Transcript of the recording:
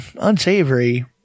unsavory